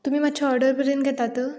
तुमी मात्शे ऑर्डर बरोवन घेतात